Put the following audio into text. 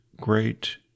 great